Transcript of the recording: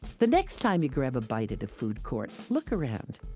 the next time you grab a bite at a food court, look around.